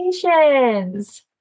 Congratulations